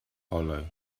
hollow